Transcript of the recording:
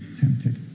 tempted